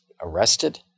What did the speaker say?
arrested